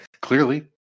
Clearly